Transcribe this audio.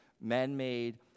man-made